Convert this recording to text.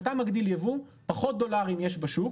כשאתה מגדיל יבוא פחות דולרים יש בשוק